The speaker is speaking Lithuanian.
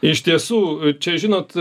iš tiesų čia žinot